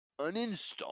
Uninstall